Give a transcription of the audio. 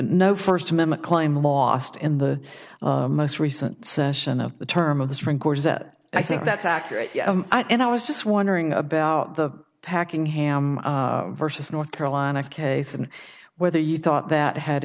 no first amendment claim lost in the most recent session of the term of this records that i think that's accurate and i was just wondering about the packing ham versus north carolina case and whether you thought that had